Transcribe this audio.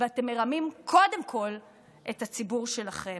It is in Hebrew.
ואתם קודם כול מרמים את הציבור שלכם.